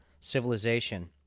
civilization